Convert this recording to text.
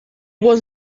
was